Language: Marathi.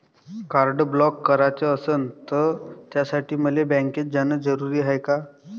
कार्ड ब्लॉक कराच असनं त त्यासाठी मले बँकेत जानं जरुरी हाय का?